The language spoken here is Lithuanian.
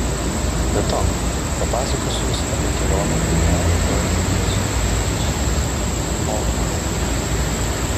be to papasakosiu jums apie kelionę į kurią rytoj drauge su manimi išvyks ovenas